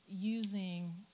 using